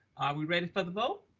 i would read it for the vote,